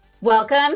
Welcome